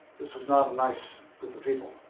this was not a nice group of people.